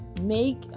make